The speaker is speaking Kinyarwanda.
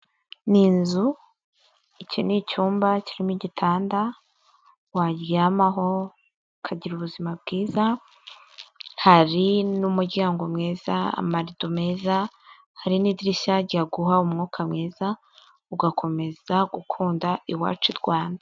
Ni inzu, iki ni icyumba kirimo igitanda, waryamaho ukagira ubuzima bwiza, hari n'umuryango mwiza, amarido meza, hari n'idirishya ryaguha umwuka mwiza, ugakomeza gukunda iwacu i Rwanda.